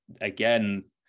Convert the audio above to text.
again